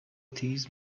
تیز